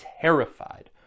terrified